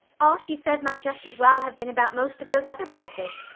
all she said might just as well have been about most of those other places.